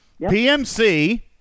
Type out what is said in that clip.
PMC